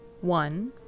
one